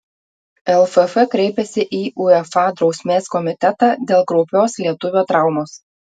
lff kreipėsi į uefa drausmės komitetą dėl kraupios lietuvio traumos